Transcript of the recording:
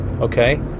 Okay